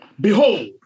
Behold